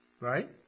Right